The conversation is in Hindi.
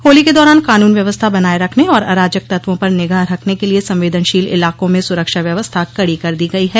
होली के दौरान कानून व्यवस्था बनाये रखने और अराजक तत्वों पर निगाह रखने के लिए संवेदनशील इलाकों में सरक्षा व्यवस्था कड़ी कर दी गई है